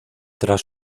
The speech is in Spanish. tras